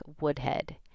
Woodhead